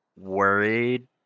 worried